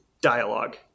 dialogue